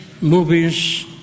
movies